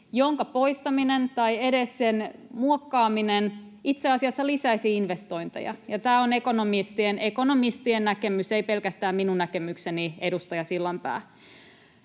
jonka poistaminen tai edes muokkaaminen itse asiassa lisäisi investointeja, ja tämä on [Pia Sillanpään välihuuto] ekonomistien näkemys — ei pelkästään minun näkemykseni, edustaja Sillanpää.